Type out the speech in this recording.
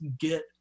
get